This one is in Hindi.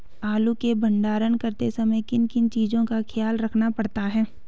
आलू के भंडारण करते समय किन किन चीज़ों का ख्याल रखना पड़ता है?